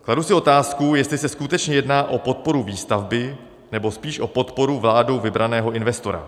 Kladu si otázku, jestli se skutečně jedná o podporu výstavby, nebo spíš o podporu vládou vybraného investora.